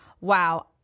wow